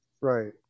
Right